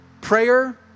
Prayer